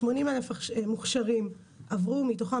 80,000 מוכשרים עברו, מתוכם